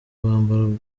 mbarwa